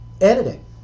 Editing